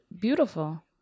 Beautiful